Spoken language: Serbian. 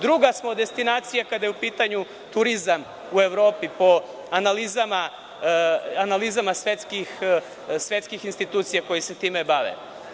Druga smo destinacija kada je u pitanju turizam u Evropi, po analizama svetskih institucija koje se time bave.